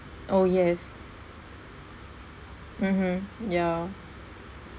oh yes mmhmm yeah